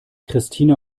christina